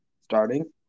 Starting